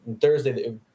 Thursday